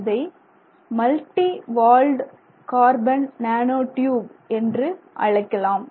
இதை multi walled carbon nano tube என்று அழைக்கலாம்